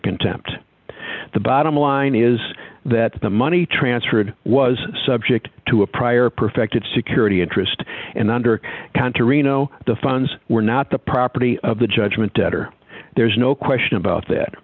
contempt the bottom line is that the money transferred was subject to a prior perfected security interest and under counter reno the funds were not the property of the judgment debtor there's no question about that